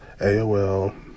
AOL